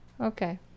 Okay